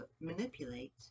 manipulate